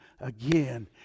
again